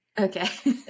okay